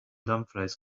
dumfries